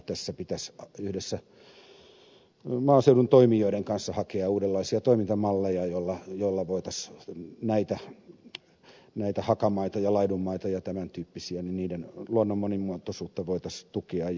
tässä pitäisi yhdessä maaseudun toimijoiden kanssa hakea uudenlaisia toimintamalleja joilla jolla voi tässä näitä nyt voitaisiin hakamaiden ja laidunmaiden ja tämäntyyppisten maiden luonnon monimuotoisuutta tukea ja vahvistaa